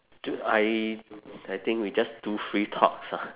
do I I think we just do free talks ah